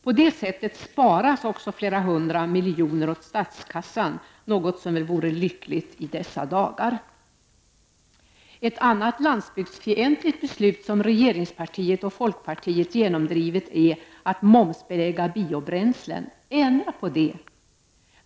På det sättet sparas också flera hundra miljoner åt statskassan — något som väl vore lyckligt i dessa dagar. Ett annat landsbygdsfientligt beslut som regeringspartiet och folkpartiet genomdrivit är att momsbelägga biobränslen. Ändra på det!